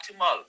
optimal